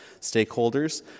stakeholders